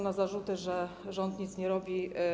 Na zarzuty, że rząd nic nie robi.